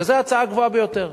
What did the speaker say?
וזו ההצעה הגבוהה ביותר.